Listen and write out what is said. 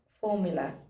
formula